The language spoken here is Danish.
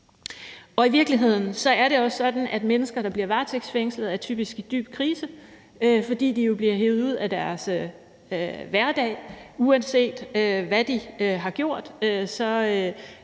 I virkeligheden er det også sådan, at mennesker, der bliver varetægtsfængslet, typisk er i dyb krise, fordi de jo bliver hævet ud af deres hverdag. Uanset hvad de har gjort,